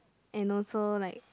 and also like